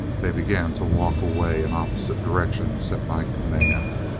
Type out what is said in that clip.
they began to walk away in opposite directions at my command.